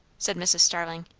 said mrs. starling.